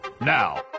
Now